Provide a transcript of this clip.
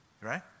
right